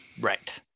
Right